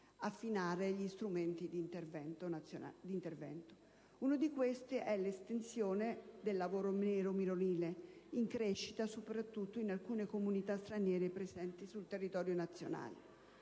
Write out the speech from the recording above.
affinare gli strumenti di intervento. Una di queste è l'estensione del lavoro nero minorile, in crescita soprattutto in alcune comunità straniere presenti sul territorio nazionale.